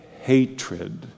hatred